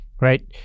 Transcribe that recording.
right